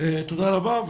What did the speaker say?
תודה רבה.